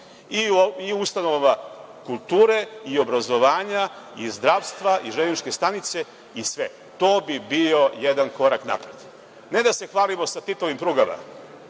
u ustanovama kulture, obrazovanja, zdravstva i železničke stanice i sve. To bi bio jedan korak napred. Ne da se hvalimo sa Titovim prugama,